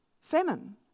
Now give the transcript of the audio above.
famine